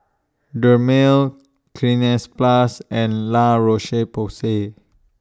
Dermale Cleanz Plus and La Roche Porsay